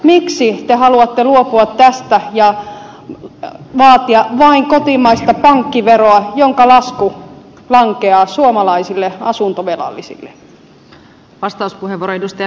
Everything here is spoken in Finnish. miksi te haluatte luopua tästä ja vaatia vain kotimaista pankkiveroa jonka lasku lankeaa suomalaisille asuntovelallisille